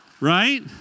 Right